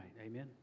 Amen